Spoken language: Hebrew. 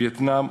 וייטנאם,